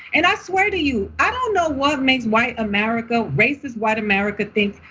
and i swear to you, i don't know what makes white america racist, white america thinks,